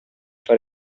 far